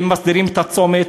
הם מסדירים את הצומת.